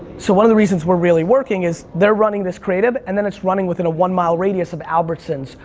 so one of the reasons we're really working is they're running this creative and then it's running within a one-mile radius of albertsons,